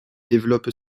développe